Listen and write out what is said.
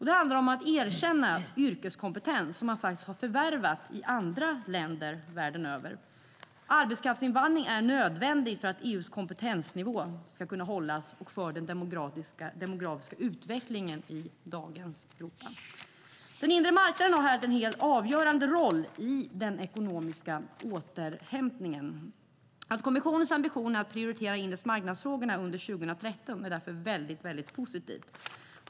Det handlar om att erkänna yrkeskompetens som man har förvärvat i andra länder världen över. Arbetskraftsinvandring är nödvändig för att EU:s kompetensnivå ska kunna hållas och för den demografiska utvecklingen i dagens Europa. Den inre marknaden har här en helt avgörande roll i den ekonomiska återhämtningen. Att kommissionens ambition är att prioritera inremarknadsfrågorna under 2013 är därför mycket positivt.